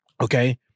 Okay